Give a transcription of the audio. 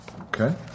okay